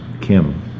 Kim